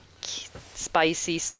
spicy